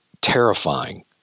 terrifying